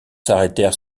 s’arrêtèrent